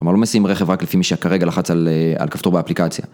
כלומר לא מסיעים רכב רק לפי מי שכרגע לחץ על כפתור באפליקציה.